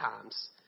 times